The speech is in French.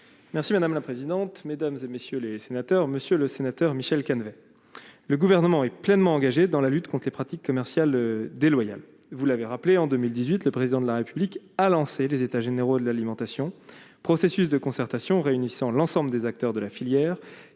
Merci madame la présidente, mesdames et messieurs les sénateurs, monsieur le sénateur, Michel Canevet, le gouvernement est pleinement engagé dans la lutte conte les pratiques commerciales déloyales, vous l'avez rappelé en 2018, le président de la République a lancé les états généraux de l'alimentation, processus de concertation réunissant l'ensemble des acteurs de la filière